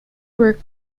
were